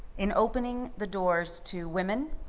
in opening the doors to women,